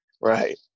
right